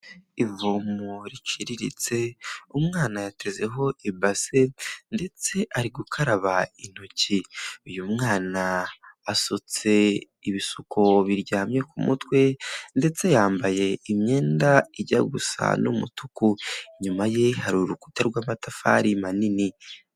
Ivumo riciriritse umwana yatezeho ibase ndetse ari gukaraba intoki, uyu mwana asutse ibisuko biryamye ku mutwe ndetse yambaye imyenda ijya gusa n'umutuku, inyuma ye hari urukuta rw'amatafari manini.